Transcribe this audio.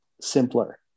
simpler